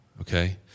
Okay